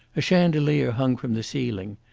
a chandelier hung from the ceiling,